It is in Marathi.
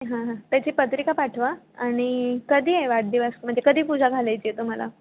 हां हां त्याची पत्रिका पाठवा आणि कधी आहे वाढदिवस म्हणजे कधी पूजा घालायची आहे तुम्हाला